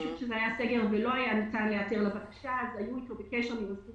משום שהיה סגר ולא היה ניתן להיעתר לבקשה אז היו איתו בקשר ממוסד